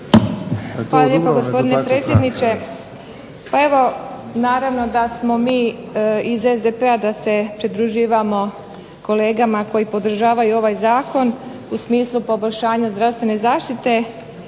Hvala lijepo gospodine predsjedniče. Pa evo, naravno da smo mi iz SDP-a, da se pridružujemo kolegama koji podržavaju ovaj zakon u smislu poboljšanja zdravstvene zaštite,